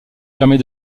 permet